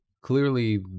clearly